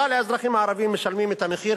אבל האזרחים הערבים משלמים את המחיר